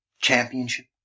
championship